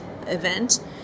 event